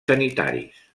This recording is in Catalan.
sanitaris